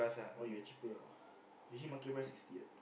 oh you're cheaper ah usually market price sixty what